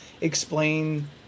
explain